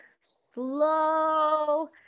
slow